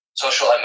social